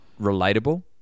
relatable